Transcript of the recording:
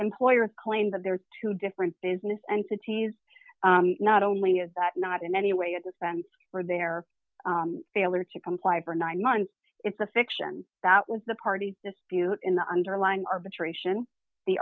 employer claims that there are two different business entities not only is that not in any way at the center for their failure to comply for nine months it's a fiction that was the party dispute in the underlying arbitration the